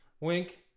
Wink